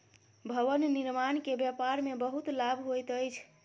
भवन निर्माण के व्यापार में बहुत लाभ होइत अछि